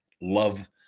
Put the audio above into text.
love